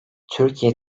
türkiye